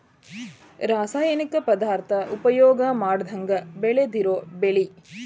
ರಾಸಾಯನಿಕ ಪದಾರ್ಥಾ ಉಪಯೋಗಾ ಮಾಡದಂಗ ಬೆಳದಿರು ಬೆಳಿ